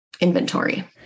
inventory